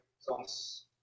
songs